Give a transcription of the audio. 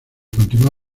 continuó